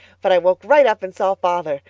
but i woke right up and saw father.